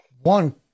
One